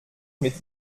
mit